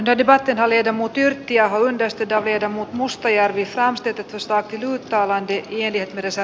diedebate valita muut yrttiaho toisti ja viedä mustajärvi saastetetuistakin juutalainen jeder veressä